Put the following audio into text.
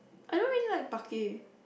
I don't really like parquet